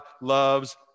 loves